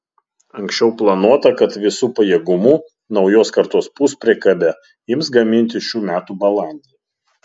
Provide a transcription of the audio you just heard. anksčiau planuota kad visu pajėgumu naujos kartos puspriekabę ims gaminti šių metų balandį